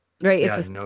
Right